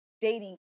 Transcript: dating